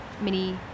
mini